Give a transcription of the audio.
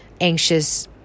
anxious